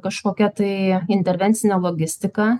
kažkokia tai intervencinę logistiką